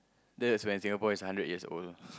that is when Singapore is a hundred years old